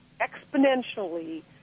exponentially